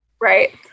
Right